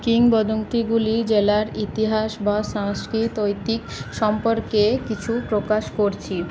কিংবদন্তিগুলি জেলার ইতিহাস বা সাংস্কৃত ঐতিক সম্পর্কে কিছু প্রকাশ করছি